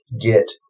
get